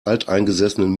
alteingesessenen